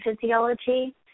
physiology